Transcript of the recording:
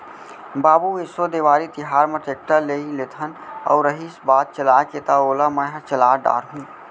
बाबू एसो देवारी तिहार म टेक्टर लेइ लेथन अउ रहिस बात चलाय के त ओला मैंहर चला डार हूँ